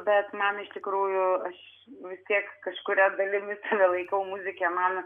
bet man iš tikrųjų aš nu vis tiek kažkuria dalimi save laikau muzike man